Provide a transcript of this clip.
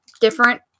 different